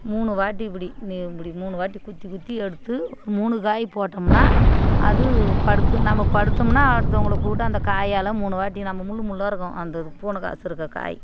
மூணு வாட்டி இப்படி நீ இப்படி மூணு வாட்டி குத்தி குத்தி எடுத்து மூணு காய் போட்டோம்னா அது படுத்தும் நம்ம படுத்தோம்னா அடுத்தவங்களை கூப்பிட்டு அந்த காயால் மூணு வாட்டி நம்ம முள்ளு முள்ளாக இருக்கும் அந்த பூனைகாசுருக்க காய்